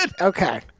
Okay